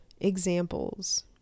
examples